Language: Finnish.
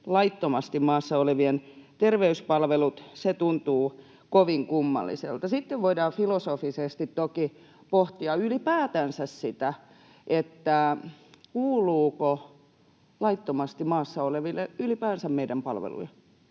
laittomasti maassa olevien terveyspalvelut, se tuntuu kovin kummalliselta. Sitten voidaan filosofisesti toki pohtia ylipäätänsä sitä, kuuluuko laittomasti maassa oleville ylipäänsä meidän palveluja,